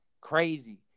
crazy